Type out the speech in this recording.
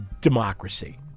democracy